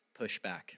pushback